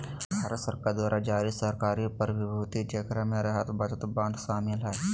भारत सरकार द्वारा जारी सरकारी प्रतिभूति जेकरा मे राहत बचत बांड शामिल हइ